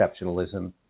exceptionalism